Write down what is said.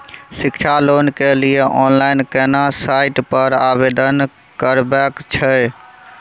शिक्षा लोन के लिए ऑनलाइन केना साइट पर आवेदन करबैक छै?